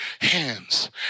hands